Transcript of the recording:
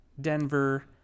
Denver